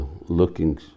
looking